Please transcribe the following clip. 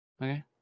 Okay